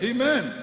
Amen